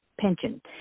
pension